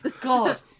God